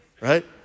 right